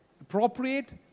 appropriate